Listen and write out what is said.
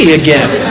again